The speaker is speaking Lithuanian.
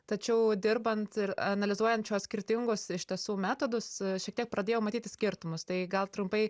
tačiau dirbant ir analizuojant šiuos skirtingus iš tiesų metodus šiek tiek pradėjau matyti skirtumus tai gal trumpai